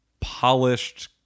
polished